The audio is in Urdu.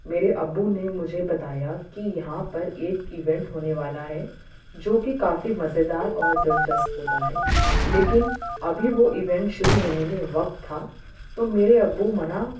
میرے ابو نے مجھے بتایا کہ یہاں پر ایک ایونٹ ہونے والا ہے جو کہ کافی مزےدار اور دلچسپ ہوتا ہے لیکن ابھی وہ ایونٹ شروع ہونے میں وقت تھا تو میرے ابو منع